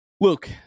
Luke